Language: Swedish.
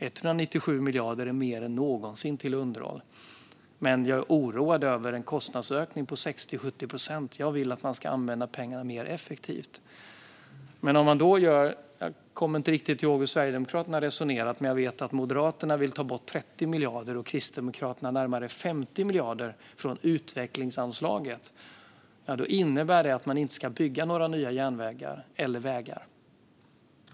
197 miljarder är mer än någonsin till underhåll. Men jag är oroad över en kostnadsökning på 60-70 procent. Jag vill att man ska använda pengarna mer effektivt. Jag kommer inte riktigt ihåg hur Sverigedemokraterna har resonerat. Men jag vet att Moderaterna vill ta bort 30 miljarder och Kristdemokraterna närmare 50 miljarder från utvecklingsanslaget. Då innebär det att det inte ska byggas några nya järnvägar eller vägar.